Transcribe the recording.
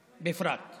בפרט.